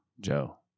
Joe